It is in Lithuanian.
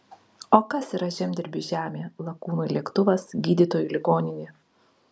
o kas yra žemdirbiui žemė lakūnui lėktuvas gydytojui ligoninė